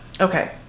okay